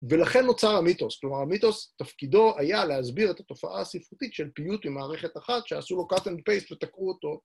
ולכן נוצר המיתוס, כלומר המיתוס, תפקידו היה להסביר את התופעה הספרותית של פיוט ממערכת אחת, שעשו לו cut and paste ותקעו אותו